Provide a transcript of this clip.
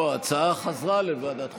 לא, ההצעה חזרה לוועדת החוקה,